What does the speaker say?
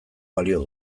balio